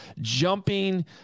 jumping